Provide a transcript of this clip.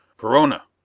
perona!